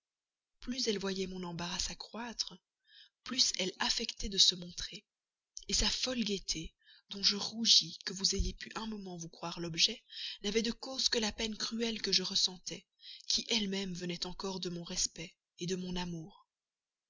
plus elle voyait mon embarras s'accroître plus elle affectait de se montrer sa folle gaieté dont je rougis que vous ayez pu un moment vous croire l'objet n'avait de cause que la peine cruelle que je ressentais qui elle-même venait encore de mon respect de mon amour